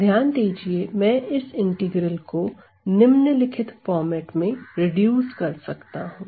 ध्यान दीजिए मैं इस इंटीग्रल को निम्नलिखित फॉर्मेट मे रिड्यूस कर सकता हूं